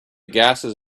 gases